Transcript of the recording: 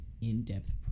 in-depth